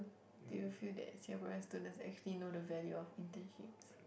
do you feel that Singaporean students actually know the value of internships